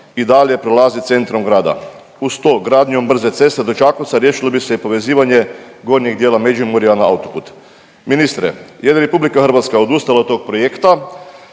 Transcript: i dalje prolazi centrom grada. Uz to gradnjom brze ceste do Čakovca riješilo bi se i povezivanje gornjeg dijela Međimurja na autoput. Ministre, je li RH odustala od tog projekta